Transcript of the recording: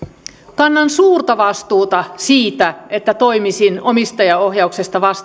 kannan suurta vastuuta siitä että toimisin omistajaohjauksesta